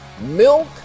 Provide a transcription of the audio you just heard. milk